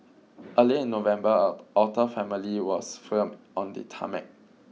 earlier in November an otter family was filmed on the tarmac